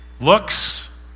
looks